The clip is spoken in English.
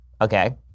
okay